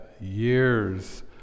years